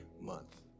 month